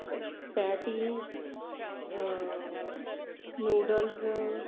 patty noodles